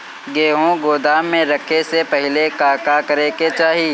गेहु गोदाम मे रखे से पहिले का का करे के चाही?